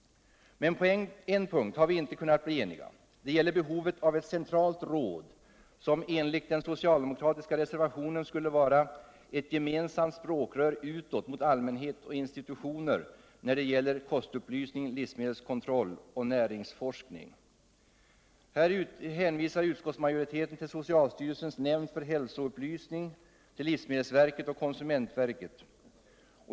På en punkt har vi dock inte kunnat bli eniga. Det gäller behovet av ett centralt råd, som enligt den socialdemokratiska reservationen skulle vara ”ett gemensamt språkrör utåt mot allmänhet och institutioner” när det gäller kostupplysning, Jlivsmedelskontroll och näringsforskning. Utskottsmajoriteten hänvisar till socialstyrelsens nämnd för hälsoupplysning, livsmedelsverket och konsumentverket.